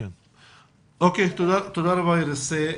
תודה רבה, איריס.